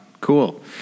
cool